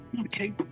Okay